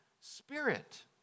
Spirit